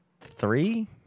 Three